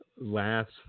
last